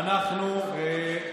אנחנו חברים.